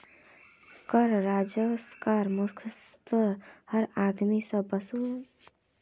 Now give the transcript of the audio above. कर राजस्वक मुख्यतयः हर आदमी स वसू ल छेक